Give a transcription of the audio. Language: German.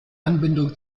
anbindung